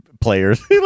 players